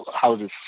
houses